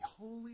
holy